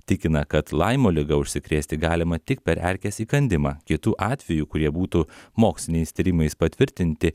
tikina kad laimo liga užsikrėsti galima tik per erkės įkandimą kitų atvejų kurie būtų moksliniais tyrimais patvirtinti